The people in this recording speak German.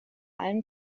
allem